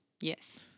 Yes